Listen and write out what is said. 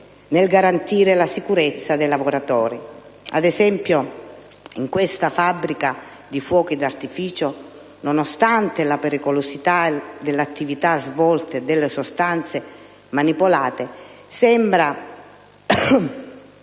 nel garantire la sicurezza dei lavoratori.